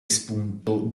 spunto